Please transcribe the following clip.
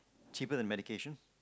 cheaper than medication